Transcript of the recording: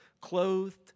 clothed